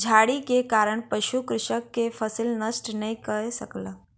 झाड़ी के कारण पशु कृषक के फसिल नष्ट नै कय सकल